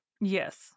Yes